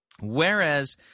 Whereas